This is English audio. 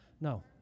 no